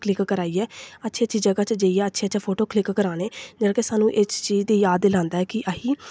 click कराइयै अच्छी अच्छी जगह् च जाइयै अच्छे अच्छे फोटो क्लिक कराने एह्दे च सानूं इस चीज़ दी याद दिलांदा ऐ कि असीं